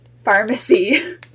Pharmacy